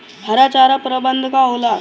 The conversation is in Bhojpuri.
हरा चारा प्रबंधन का होला?